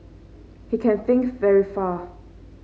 he can think very far